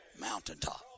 Mountaintop